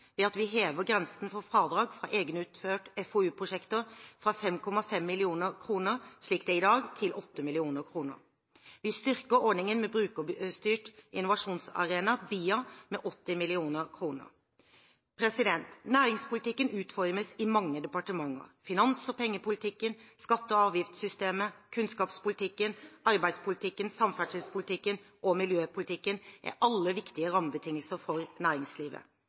ved at vi hever grensen for fradrag for egenutførte FoU-prosjekter fra 5,5 mill. kr, slik det er i dag, til 8 mill. kr. Vi styrker ordningen med brukerstyrt innovasjonsarena, BIA, med 80 mill. kr. Næringspolitikken utformes i mange departement. Finans- og pengepolitikken, skatte- og avgiftssystemet, kunnskapspolitikken, arbeidspolitikken, samferdselspolitikken og miljøpolitikken er alle viktige rammebetingelser for næringslivet.